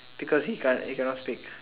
because he can't he cannot speak